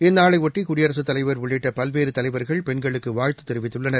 இந்நாளையொட்டி குடியரசுத் தலைவர் உள்ளிட்ட பல்வேறு தலைவர்கள் பெண்களுக்கு வாழ்த்து தெரிவித்துள்ளனர்